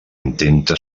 intenta